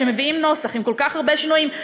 שמביאים נוסח עם כל כך הרבה שינויים,